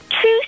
true